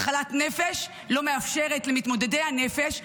מחלת נפש לא מאפשרת למתמודדי הנפש,